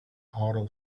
auto